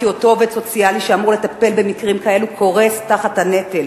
כי אותו עובד סוציאלי שאמור לטפל במקרים כאלה קורס תחת הנטל,